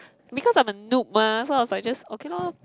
because I'm a noob mah so I was like just okay lor